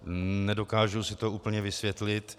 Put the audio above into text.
Nedokážu si to úplně vysvětlit.